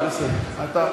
זה בסדר.